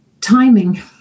timing